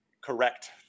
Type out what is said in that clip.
Correct